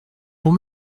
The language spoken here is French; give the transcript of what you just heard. pour